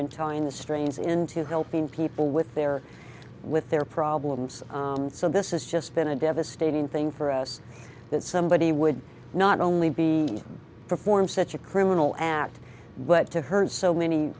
warren telling the strains into helping people with their with their problems and so this is just been a devastating thing for us that somebody would not only be performed such a criminal act but to hurt so many